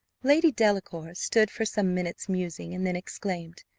lady delacour stood for some minutes musing, and then exclaimed,